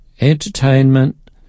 entertainment